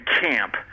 camp